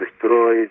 destroyed